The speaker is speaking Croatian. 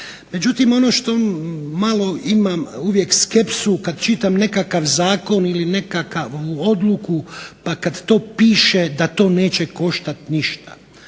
Međutim, ono što malo imam uvijek skepsu kad čitam nekakav zakon ili nekakvu odluku, pa kad to piše da to neće koštati ništa.